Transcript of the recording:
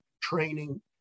training